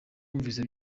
bumvise